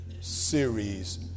series